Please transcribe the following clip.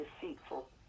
deceitful